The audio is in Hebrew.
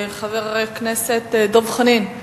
חבר הכנסת דב חנין.